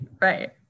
Right